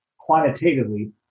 quantitatively